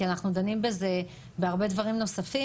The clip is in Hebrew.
כי אנחנו דנים בזה בהרבה דברים נוספים.